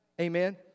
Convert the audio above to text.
Amen